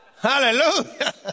Hallelujah